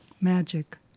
Magic